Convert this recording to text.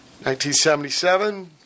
1977